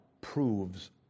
proves